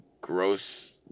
gross